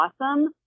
awesome